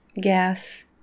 gas